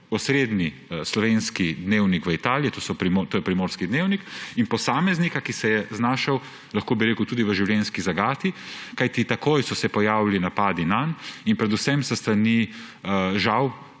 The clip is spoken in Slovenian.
osrednji slovenski dnevnik v Italiji, to je Primorski dnevnik, in posameznika, ki se je znašel, lahko bi rekel, tudi v življenjski zagati. Kajti takoj so se pojavili napadi nanj, predvsem s strani, žal,